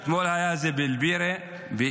איפה זה הגדה המערבית?